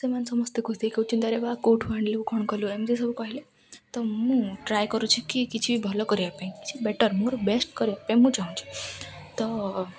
ସେମାନେ ସମସ୍ତେ ଖୁସି ହେଇକି କହୁଛନ୍ତି ଆରେ ବା କେଉଁଠୁ ଆଣିଲୁ କ'ଣ କଲୁ ଏମିତି ସବୁ କହିଲେ ତ ମୁଁ ଟ୍ରାଏ କରୁଛି କି କିଛି ଭଲ କରିବା ପାଇଁ କିଛି ବେଟର୍ ମୋର ବେଷ୍ଟ୍ କରିବା ପାଇଁ ମୁଁ ଚାହୁଁଛି ତ